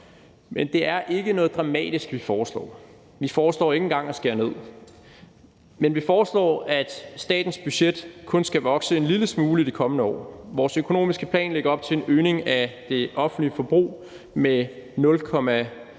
men det er ikke noget dramatisk, vi foreslår. Vi foreslår ikke engang at skære ned. Men vi foreslår, at statens budget kun skal vokse en lille smule i de kommende år. Vores økonomiske plan lægger op til en øgning af det offentlige forbrug med 0,13